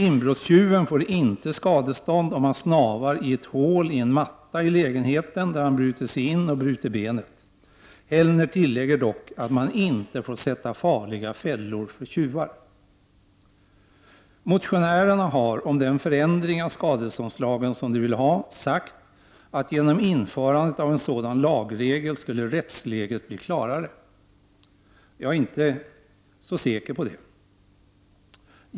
Inbrottstjuven får inte skadestånd om han snavar i ett hål i en matta i lägenheten där han har brutit sig in och bryter benet. Hellner tillägger dock att man inte får sätta farliga fällor för tjuvar. Motionärerna har — om den förändring av skadeståndslagen som de vill ha — sagt att rättsläget genom införandet av en sådan lagregel skulle bli klarare. Jag är inte så säker på det.